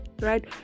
Right